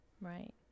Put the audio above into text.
Right